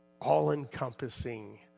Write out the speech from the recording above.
all-encompassing